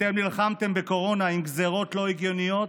אתם נלחמתם בקורונה עם גזרות לא הגיונות,